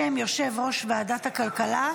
בשם יושב-ראש ועדת הכלכלה,